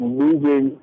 moving